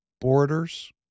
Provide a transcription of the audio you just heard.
borders